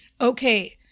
okay